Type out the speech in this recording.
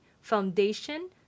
foundation